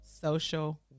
social